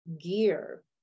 gear